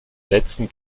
letzten